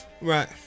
Right